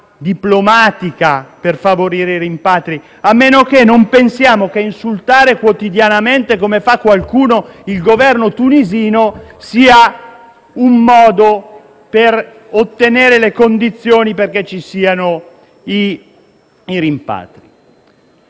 diplomatica per favorire i rimpatri. A meno che non pensiamo che insultare quotidianamente il Governo tunisino, come fa qualcuno, sia un modo per ottenere le condizioni perché ci siano i rimpatri.